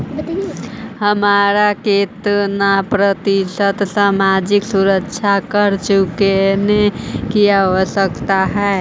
हमारा केतना प्रतिशत सामाजिक सुरक्षा कर चुकाने की आवश्यकता हई